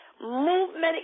movement